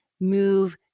move